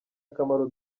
akamaro